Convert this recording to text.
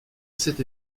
cet